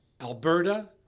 Alberta